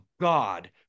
God